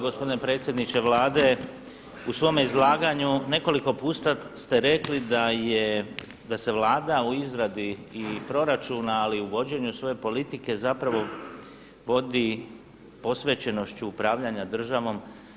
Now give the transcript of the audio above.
Gospodine predsjedniče Vlade, u svome izlaganju nekoliko puta ste rekli da je, da se Vlada u izradi i proračuna ali i u vođenju svoje politike zapravo vodi posvećenošću upravljanja državom.